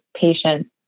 patients